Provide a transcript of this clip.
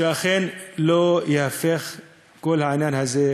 שאכן לא ייהפך כל העניין הזה,